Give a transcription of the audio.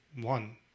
One